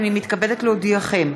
הנני מתכבדת להודיעכם,